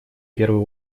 первую